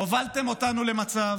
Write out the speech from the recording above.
הובלתם אותנו למצב